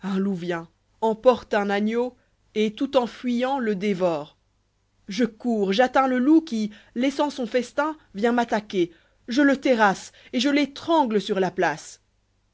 vient emporte un agneau et tout en fuyant le dévore je cours j'atteins le loup qui laissant son festin vient m'attaquer je le terrasse et je l'étrangle sur la place